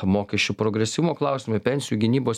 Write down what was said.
mokesčių progresyvumo klausimai pensijų gynybos